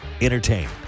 Entertain